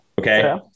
okay